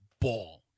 ball